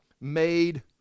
made